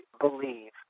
believe